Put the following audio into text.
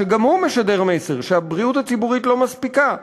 שגם הוא משדר מסר: הבריאות הציבורית לא מספיקה,